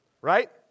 right